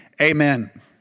amen